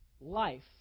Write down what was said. life